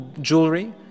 jewelry